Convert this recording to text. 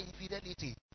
infidelity